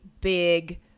big